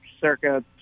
circa